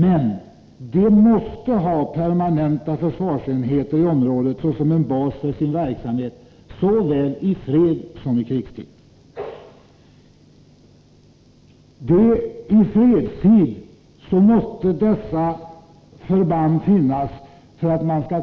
Men de måste ha permanenta försvarsenheter i området såsom en bas för sin verksamhet såväl i fredssom i krigstid. I fredstid måste dessa förband finnas för att man skall